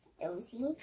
dozy